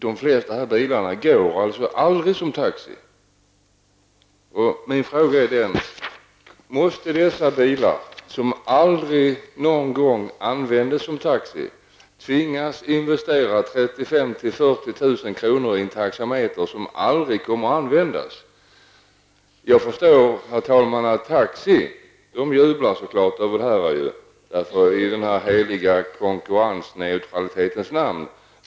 De flesta av de här bilarna går alltså aldrig som taxi. Min fråga är: Måste dessa bilar, som aldrig används som taxi, tvingas investera 35 000--40 000 kr. i en taxameter som aldrig kommer att användas? Jag förstår, herr talman, att taxi naturligtvis jublar över detta i den heliga konkurrensneutralitetens land.